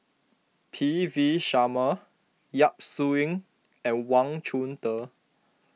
P V Sharma Yap Su Yin and Wang Chunde